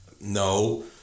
No